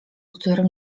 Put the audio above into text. którym